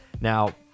Now